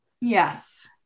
Yes